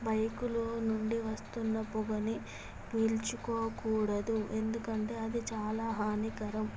బైకులో నుండి వస్తున్న పొగని పీల్చుకోకూడదు ఎందుకంటే అది చాలా హానికరం